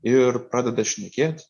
ir pradeda šnekėt